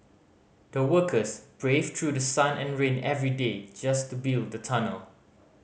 the workers braved through sun and rain every day just to build the tunnel